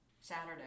Saturday